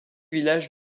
village